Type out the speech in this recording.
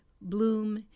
bloom